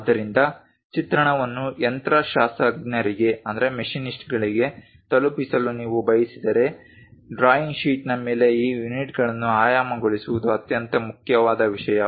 ಆದ್ದರಿಂದ ಚಿತ್ರಣವನ್ನು ಯಂತ್ರಶಾಸ್ತ್ರಜ್ಞರಿಗೆ ತಲುಪಿಸಲು ನೀವು ಬಯಸಿದರೆ ಡ್ರಾಯಿಂಗ್ ಶೀಟ್ನ ಮೇಲೆ ಈ ಯೂನಿಟ್ಗಳನ್ನು ಆಯಾಮಗೊಳಿಸುವುದು ಅತ್ಯಂತ ಮುಖ್ಯವಾದ ವಿಷಯ